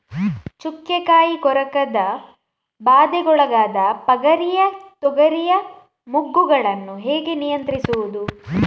ಚುಕ್ಕೆ ಕಾಯಿ ಕೊರಕದ ಬಾಧೆಗೊಳಗಾದ ಪಗರಿಯ ತೊಗರಿಯ ಮೊಗ್ಗುಗಳನ್ನು ಹೇಗೆ ನಿಯಂತ್ರಿಸುವುದು?